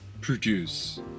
Produce